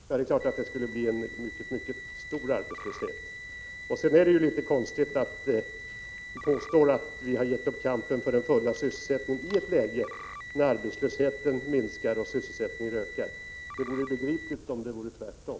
Det är klart att arbetslösheten skulle bli mycket hög. Lars-Ove Hagbergs påstående att vi har gett upp kampen för den fulla sysselsättningen i ett läge när arbetslösheten minskar och sysselsättningen ökar är litet konstigt. Det vore begripligare om han uttryckte sig tvärtom.